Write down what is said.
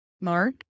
Mark